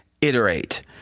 iterate